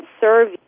serve